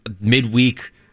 midweek